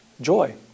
joy